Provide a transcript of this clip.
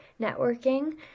networking